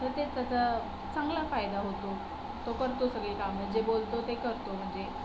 तर तेच त्याचा चांगला फायदा होतो तो करतो सगळी कामं जे बोलतो ते करतो म्हणजे